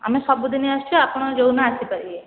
ଆମେ ସବୁ ଦିନ ଆସୁଛୁ ଆପଣ ଯେଉଁ ଦିନ ଆସିପାରିବେ